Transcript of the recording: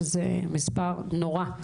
שזה מספר נורא.